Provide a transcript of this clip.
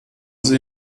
sie